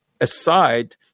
aside